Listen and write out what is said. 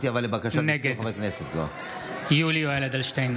נגד יולי יואל אדלשטיין,